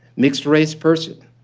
mixed-race person,